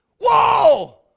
whoa